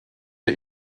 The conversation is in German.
der